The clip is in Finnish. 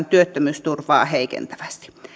työttömyysturvaan heikentävästi